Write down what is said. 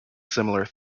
similar